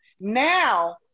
Now